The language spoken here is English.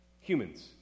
Humans